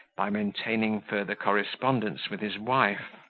by maintaining further correspondence with his wife.